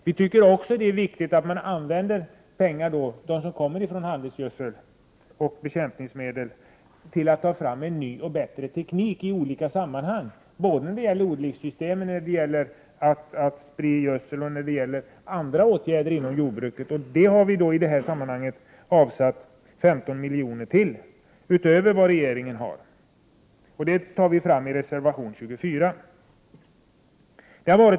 Vi tycker också att det är viktigt att använda inkomsterna från handelsgöd seln och bekämpningsmedlen till att ta fram en ny och bättre teknik i olika sammanhang. Det kan gälla odlingssystem, gödselspridning och andra åtgärder inom jordbruket. Det har vi avsatt 15 miljoner till utöver det belopp som regeringen har föreslagit. Detta för vi fram i reservation 24.